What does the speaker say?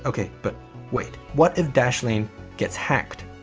okay, but wait. what if dashlane gets hacked?